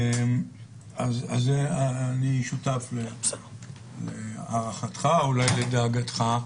אז אני שותף להערכתך, אולי לדאגתך,